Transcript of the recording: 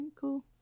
Cool